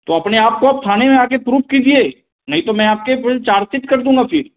तो अपने आप को आप थाने में आकर प्रूफ कीजिए नहीं तो मैं आपके कुल चार्जसीट कर दूँगा फिर